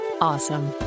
awesome